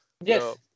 Yes